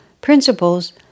principles